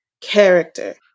character